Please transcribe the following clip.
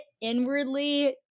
inwardly